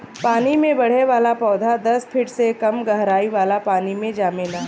पानी में बढ़े वाला पौधा दस फिट से कम गहराई वाला पानी मे जामेला